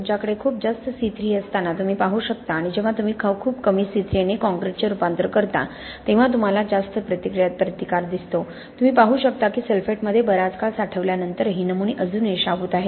तुमच्याकडे खूप जास्त C3A असताना तुम्ही पाहू शकता आणि जेव्हा तुम्ही खूप कमी C3A ने काँक्रीटचे रूपांतर करता तेव्हा तुम्हाला जास्त प्रतिकार दिसतो तुम्ही पाहू शकता की सल्फेटमध्ये बराच काळ साठवल्यानंतरही नमुने अजूनही शाबूत आहेत